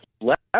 left